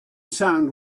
sound